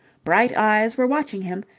bright eyes were watching him,